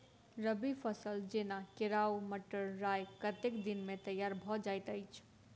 रबी फसल जेना केराव, मटर, राय कतेक दिन मे तैयार भँ जाइत अछि?